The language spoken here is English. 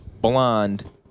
blonde